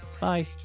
Bye